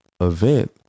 event